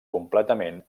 completament